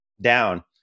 down